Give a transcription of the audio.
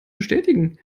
bestätigen